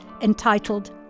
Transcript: entitled